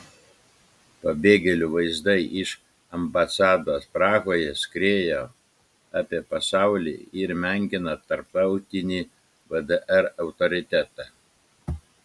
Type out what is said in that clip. pabėgėlių vaizdai iš ambasados prahoje skriejo apie pasaulį ir menkino tarptautinį vdr autoritetą